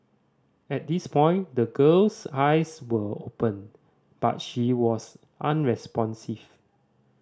at this point the girl's eyes were open but she was unresponsive